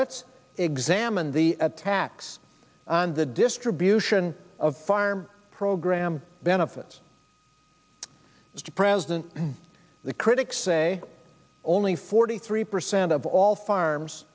let's examine the attacks on the distribution of farm program benefits mr president the critics say only forty three percent of all farms